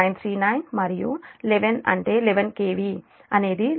939 మరియు 11 అంటే 11 kV అనేది లైన్ టు లైన్